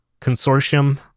consortium